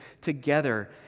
together